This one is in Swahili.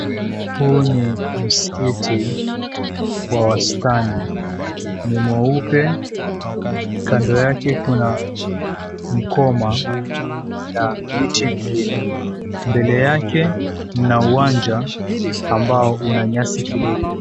Huu ni msikiti wa wastani. Ni mweupe, kando yake kuna mkoma na miti mingine. Mbele yake mna uwanja, ambao una nyasi kidogo.